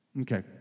Okay